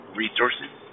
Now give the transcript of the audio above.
resources